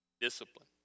Discipline